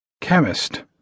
Chemist